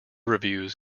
reviews